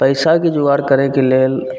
पइसाके जोगार करैके लेल